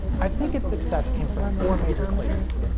i think its success came from four major places.